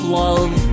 love